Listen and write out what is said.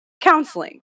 counseling